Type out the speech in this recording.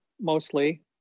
mostly